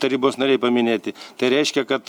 tarybos nariai paminėti tai reiškia kad